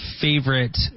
favorite